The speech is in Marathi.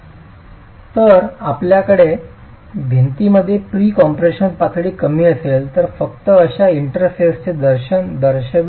जर आपल्याकडे भिंतीमध्ये प्री कॉम्प्रेशनची पातळी कमी असेल तर फक्त अशा इंटरफेसचे वर्तन दर्शविण्यासाठी